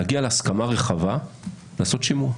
להגיע להסכמה רחבה לעשות שימוע.